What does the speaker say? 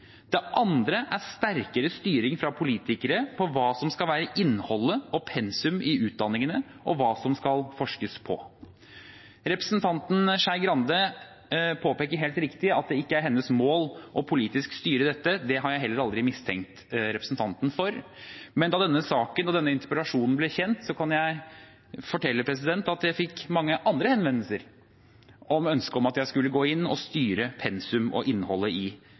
Det andre er sterkere styring fra politikere av hva som skal være innhold og pensum i utdanningene, og hva som skal forskes på. Representanten Skei Grande påpeker helt riktig at det ikke er hennes mål å politisk styre dette. Det har jeg heller aldri mistenkt representanten for. Men da denne saken og denne interpellasjonen ble kjent, kan jeg fortelle at jeg fikk mange henvendelser med ønske om at jeg skulle gå inn og styre pensum og innhold i